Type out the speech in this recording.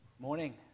Morning